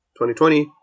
2020